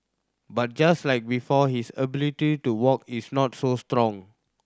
but just like before his ability to walk is not so strong